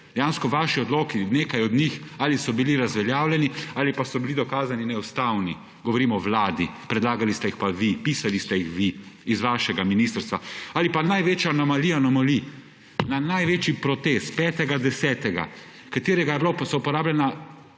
dejansko vaši odlok, nekaj od njih, ali so bili razveljavljeni Ali pa so bili dokazano neustavni. Govorim o vladi, predlagali ste jih pa vi, pisali ste jih vi iz vašega ministrstva. Ali pa največja anomalija anomalij. Na največji protest 5. 10., v katerem so uporabljena